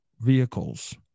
vehicles